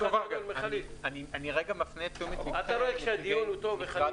אני לרגע מפנה את תשומת ליבכם משרד